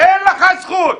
אין לך זכות.